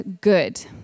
good